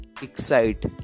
excite